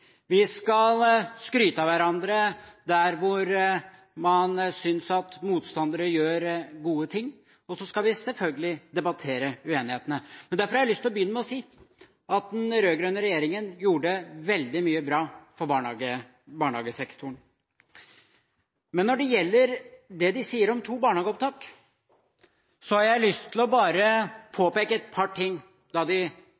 selvfølgelig debattere uenighetene. Derfor har jeg lyst til å begynne med å si at den rød-grønne regjeringen gjorde veldig mye bra for barnehagesektoren. Men når det gjelder det de sier om to barnehageopptak, har jeg lyst til å påpeke et par ting om da de